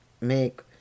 make